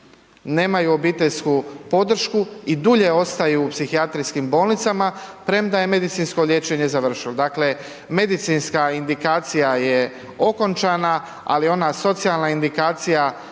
nemaju obiteljsku podršku i dulje ostaju u psihijatrijskim bolnicama, premda je medicinsko liječenje završilo. Dakle, medicinska indikacija je okončana, ali ona socijalna indikacija